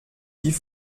die